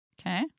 Okay